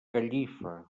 gallifa